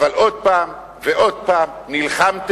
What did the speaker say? עוד פעם ועוד פעם נלחמתם,